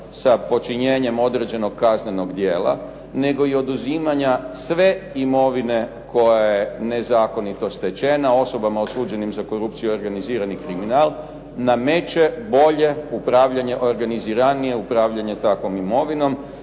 sa počinjenjem određenog kaznenog djela nego i oduzimanja sve imovine koja je nezakonito stečena osobama osuđenim za korupciju i organizirani kriminal nameće bolje upravljanje, organiziranije upravljanje takvom imovinom.